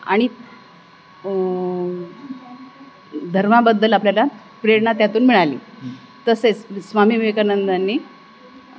आणि धर्माबद्दल आपल्याला प्रेरणा त्यातून मिळाली तसेच स्वामी विवेकानंदांनी